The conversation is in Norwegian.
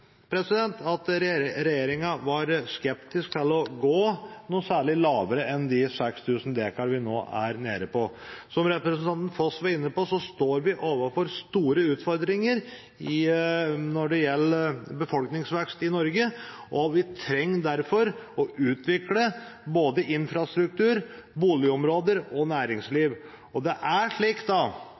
at regjeringen var skeptisk til å gå noe særlig lavere enn de 6 000 dekar vi nå er nede på. Som representanten Foss var inne på, står vi overfor store utfordringer når det gjelder befolkningsvekst i Norge. Vi trenger derfor å utvikle både infrastruktur, boligområder og næringsliv, og det er slik